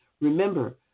Remember